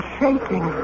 shaking